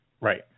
Right